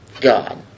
God